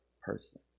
person